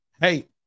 hey